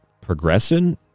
progressing